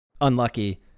Unlucky